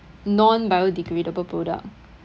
non-biodegradable product